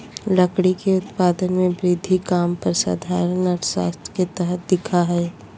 लकड़ी के उत्पादन में वृद्धि काम पर साधारण अर्थशास्त्र के तरह दिखा हइ